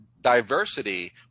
diversity